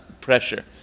pressure